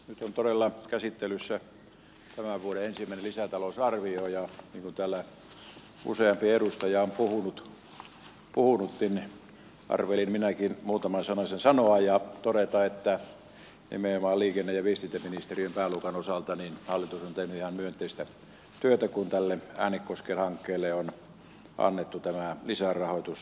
nyt on todella käsittelyssä tämän vuoden ensimmäinen lisätalousarvio ja kun täällä useampi edustaja on puhunutkin arvelin minäkin muutaman sanasen sanoa ja todeta että nimenomaan liikenne ja viestintäministeriön pääluokan osalta hallitus on tehnyt ihan myönteistä työtä kun tälle äänekosken hankkeelle on annettu tämä lisärahoitus